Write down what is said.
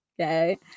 Okay